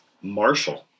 Marshall